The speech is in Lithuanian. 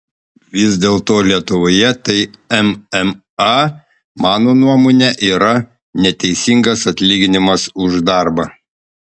vis dėlto lietuvoje tai mma mano nuomone yra neteisingas atlyginimas už darbą